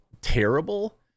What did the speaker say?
terrible